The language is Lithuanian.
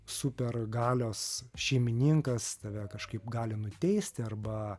supergalios šeimininkas tave kažkaip gali nuteisti arba